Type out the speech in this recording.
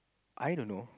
I don't know